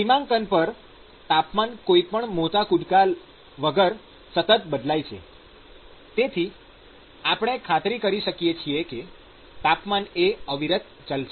સીમાંકન પર તાપમાન કોઈ પણ મોટા કુદકા વગર સતત બદલાય છે જેથી આપણે ખાતરી કરી શકીએ છીએ કે તાપમાન એ અવિરત ચલ છે